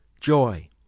joy